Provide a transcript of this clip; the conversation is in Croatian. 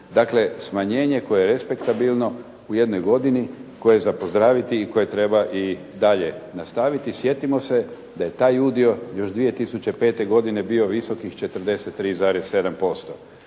Dakle, smanjenje koje je respektabilno u jednoj godini, koje je za pozdraviti i koje treba i dalje nastaviti. Sjetimo se da je taj udio još 2005. godine bio visokih 43,7%,